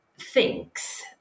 thinks